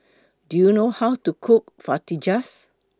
Do YOU know How to Cook Fajitas